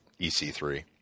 EC3